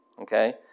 Okay